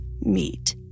meet